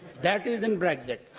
that isn't brexit.